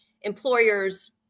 employers